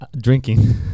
drinking